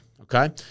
okay